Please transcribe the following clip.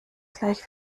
gleich